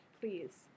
Please